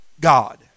God